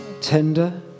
tender